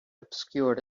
obscured